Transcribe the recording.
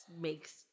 makes